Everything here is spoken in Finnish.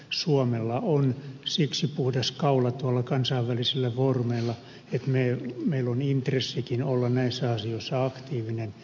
suomella on siksi puhdas kaula tuolla kansainvälisillä foorumeilla että meillä on intressikin olla näissä asioissa aktiivinen